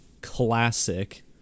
classic